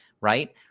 right